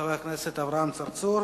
חבר הכנסת אברהים צרצור,